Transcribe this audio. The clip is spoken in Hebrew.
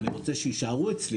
אני רוצה שיישארו אצלי,